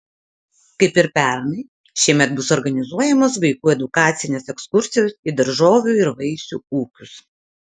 kaip ir pernai šiemet bus organizuojamos vaikų edukacines ekskursijos į daržovių ir vaisių ūkius